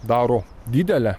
daro didelę